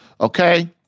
Okay